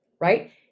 right